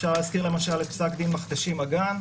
אפשר להזכיר למשל את פסק הדין "מכתשים אגן",